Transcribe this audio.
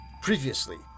Previously